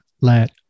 let